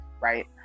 right